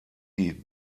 die